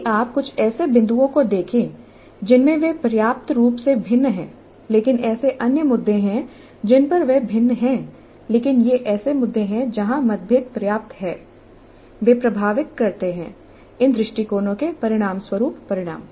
यदि आप कुछ ऐसे बिंदुओं को देखें जिनमें वे पर्याप्त रूप से भिन्न हैं लेकिन ऐसे अन्य मुद्दे हैं जिन पर वे भिन्न हैं लेकिन ये ऐसे मुद्दे हैं जहां मतभेद पर्याप्त हैं वे प्रभावित करते हैं इन दृष्टिकोणों के परिणामस्वरूप परिणाम